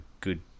good